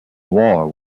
war